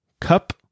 cup